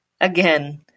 Again